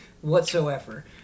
whatsoever